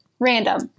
Random